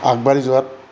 আগবাঢ়ি যোৱাত